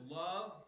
love